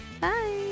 bye